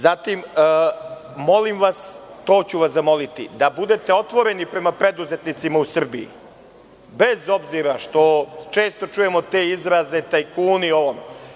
Zatim, molim vas, to ću vas zamoliti, da budete otvoreni prema preduzetnicima u Srbiji, bez obzira što često čujemo te izraze, tajkuni, ovo, ono.